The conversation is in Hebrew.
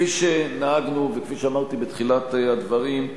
כפי שנהגנו, וכפי שאמרתי בתחילת הדברים,